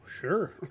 Sure